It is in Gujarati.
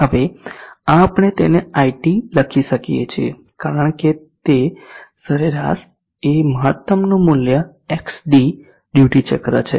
હવે આ આપણે તેને iT લખી શકીએ છીએ કારણ કે તે સરેરાશ એ આ મહત્તમનું મૂલ્ય x d ડ્યુટી ચક્ર છે